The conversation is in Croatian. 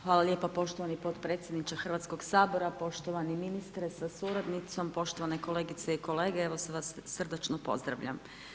Hvala lijepa poštovani podpredsjedniče Hrvatskog sabora, poštovani ministre sa suradnicom, poštovani kolegice i kolege evo sve vas srdačno pozdravljam.